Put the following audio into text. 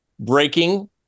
breaking